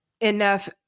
enough